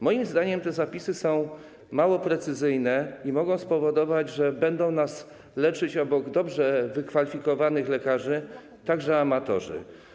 Moim zdaniem te zapisy są mało precyzyjne i mogą spowodować, że będą nas leczyć obok dobrze wykwalifikowanych lekarzy także amatorzy.